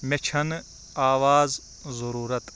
مےٚ چھَنہٕ آواز ضروٗرت